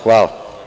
Hvala.